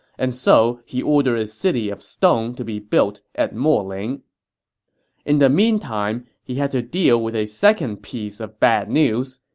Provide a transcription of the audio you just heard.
and so he ordered a city of stone to be built at moling in the meantime, he had to deal with a second piece of bad news.